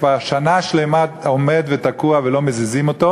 כבר שנה שלמה עומד ותקוע ולא מזיזים אותו,